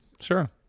sure